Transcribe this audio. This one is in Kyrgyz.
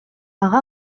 ага